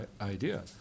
idea